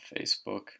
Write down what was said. Facebook